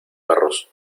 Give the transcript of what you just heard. perros